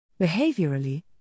Behaviorally